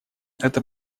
эта